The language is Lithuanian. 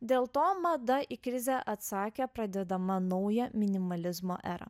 dėl to mada į krizę atsakė pradėdama naują minimalizmo erą